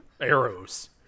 arrows